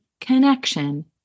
connection